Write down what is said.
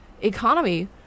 economy